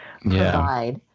provide